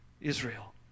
Israel